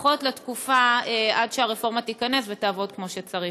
לפחות לתקופה עד שהרפורמה תיכנס ותעבוד כמו שצריך.